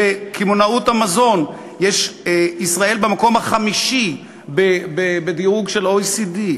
בקמעונאות המזון ישראל במקום החמישי בדירוג של ה-OECD.